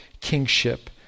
kingship